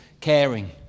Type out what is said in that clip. Caring